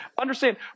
understand